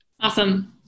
Awesome